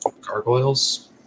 gargoyles